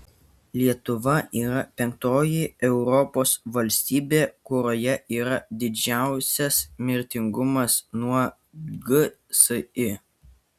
lietuva yra penktoji europos valstybė kurioje yra didžiausias mirtingumas nuo gsi